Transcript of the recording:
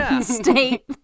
state